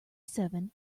seven